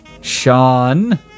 Sean